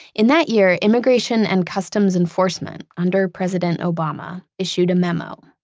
in that year, immigration and customs enforcement under president obama issued a memo.